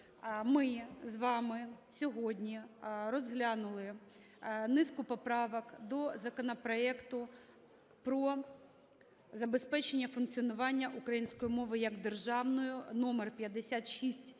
ми з вами сьогодні розглянули низку поправок до законопроекту про забезпечення функціонування української мови як державної (№5670-д)